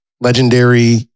legendary